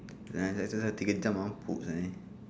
uh check check check tiga jam mabuk sia ni